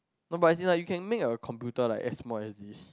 no but as in like you can make a computer like as small as this